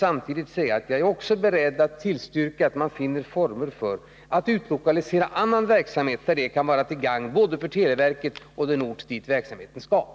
Samtidigt vill jag säga att jag också är beredd att tillstyrka att man försöker finna former för utlokalisering av annan verksamhet, där detta kan vara till gagan både för televerket och för den ort där verksamheten förläggs.